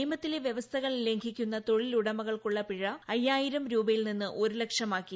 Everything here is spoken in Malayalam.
നിയമത്തീള്ള് വൃവസ്ഥകൾ ലംഘിക്കുന്ന തൊഴിലുടമകൾക്കുള്ള പിഴ് അയ്യായിരം രൂപയിൽ നിന്ന് ഒരു ലക്ഷമാക്കി